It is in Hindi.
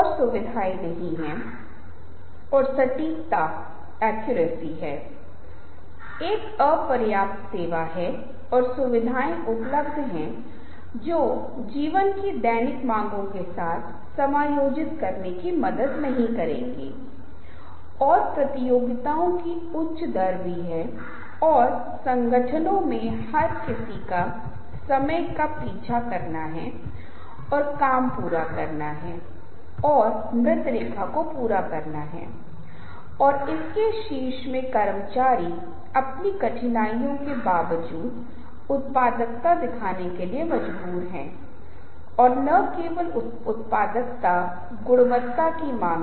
अब कहते हैं कि यदि आप विज्ञापन के बारे में बात कर रहे हैं जो बार बार आता है क्योंकि वह जगह है जहां अनुनय महत्वपूर्ण तरीके से होता है तो बता दें कि आपका रवैया बदल जाएगा यदि आप आश्वस्त हैं कि एक विशेष उत्पाद खरीदने से आपकी सामाजिक प्रतिष्ठा बढ़ेगी जब तक आपने इसे सामाजिक प्रतिष्ठा से नहीं जोड़ा आप परेशान नहीं हैं लेकिन फिर आप पाते हैं कि हर कोई ब्रांडेड शर्ट पहने हुए है और आपने एक नहीं पहना है आपने एक पहना है जो पिछले 20 वर्षों में आपके दर्जी द्वारा बनाया गया है लेकिन फिर आपकी कंपनी में यह मामला नहीं है और आपको इस बात का एहसास है कि इस तरह की बातों पर विश्वास न करने के बावजूद आप पाते हैं कि जिस तरह से आपको माना जा रहा है उस पर इसका प्रभाव पड़ रहा है अब एक बार जब आप महसूस करते हैं कि चीजें बदल जाती हैं इसलिए आपका दृष्टिकोण बदलता है